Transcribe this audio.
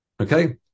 Okay